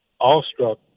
awestruck